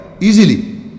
easily